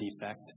defect